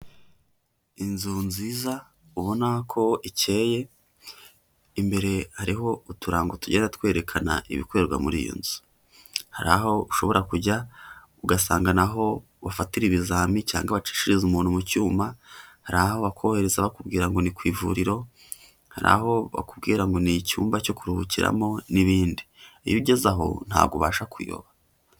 Inzu nziza ubona ko ikeyeye, imbere hariho uturango tugenda twerekana ibikorerwa muri iyo nzu, hari aho ushobora kujya ugasanga ni aho bafatira ibizami, cyangwa wacishiriza umuntu mu cyuma, hari aho bakohereza bakubwira ngo ni ku ivuriro, aho bakubwira ngo ni icyumba cyo kuruhukiramo n'ibindi, iyo ugeze aho ntabwo ubasha kuyoba.